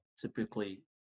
typically